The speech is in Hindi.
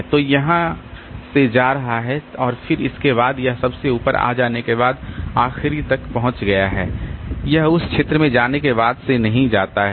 तो यह यहाँ से जा रहा है और फिर इसके बाद यह सबसे ऊपर आ जाने के बाद आखिरी तक पहुँच गया है यह इस क्षेत्र में जाने के बाद से नहीं जाता है